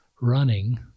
running